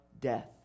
death